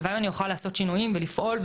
הלוואי שאני אוכל לעשות שינויים ולפעול,